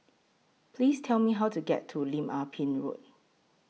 Please Tell Me How to get to Lim Ah Pin Road